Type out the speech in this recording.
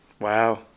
wow